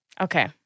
Okay